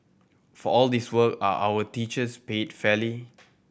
for all this work are our teachers paid fairly